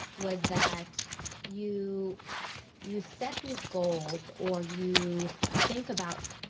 was that you you set these goals or you think about.